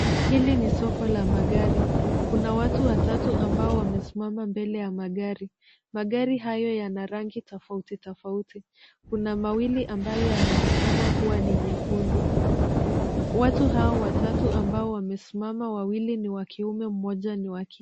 Hili ni soko la magari. Kuna watu watatu ambao wamesimama mbele ya magari .Magari hayo yana rangi tofauti tofauti. Kuna mawili ambao yanaonekana kuwa ni nyekundu. Watu hao watatu ambao wamesimama wawili ni wa kiume mmoja ni wa kike.